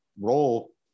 role